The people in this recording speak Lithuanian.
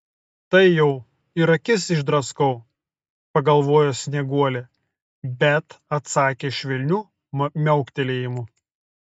tai jau ir akis išdraskau pagalvojo snieguolė bet atsakė švelniu miauktelėjimu